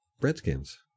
Redskins